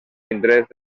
indrets